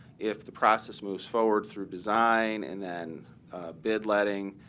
if the process moves forward through design and then bid letting,